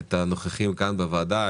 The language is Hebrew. את הנוכחים כאן בוועדה,